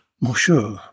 Monsieur